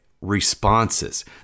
responses